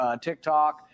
TikTok